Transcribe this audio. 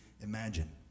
imagine